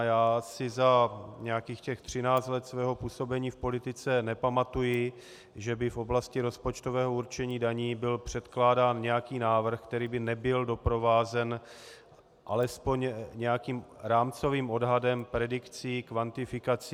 Já si za nějakých 13 let svého působení v politice nepamatuji, že by v oblasti rozpočtového určení daní byl předkládán nějaký návrh, který by nebyl doprovázen alespoň nějakým rámcovým odhadem, predikcí, kvantifikací.